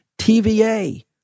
TVA